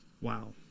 Wow